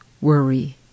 worry